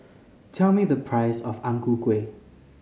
tell me the price of Ang Ku Kueh